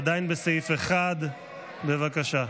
עדיין בסעיף 1. בבקשה.